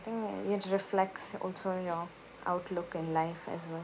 think it reflects also your outlook in life as well